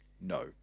no